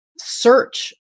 search